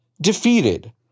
defeated